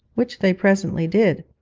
which they presently did.